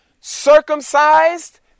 Circumcised